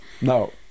No